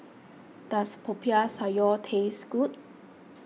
does Popiah Sayur taste good